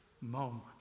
moment